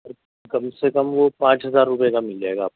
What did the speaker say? کم سے کم وہ پانچ ہزار روپیے کا مل جائے گا آپ